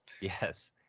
Yes